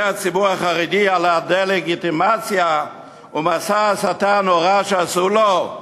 הציבור החרדי על הדה-לגיטימציה ומסע ההסתה הנורא שעשו לו,